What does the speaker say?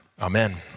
Amen